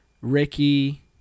Ricky